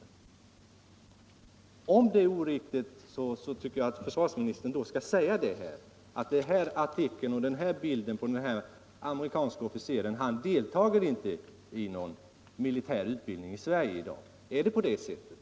Men om det är oriktigt, tycker jag att försvarsministern här skall säga att den artikeln och bilden på den amerikanska officeren inte stämmer, för någon amerikansk officer deltar inte i någon militär utbildning i Sverige i dag. Är det på det sättet?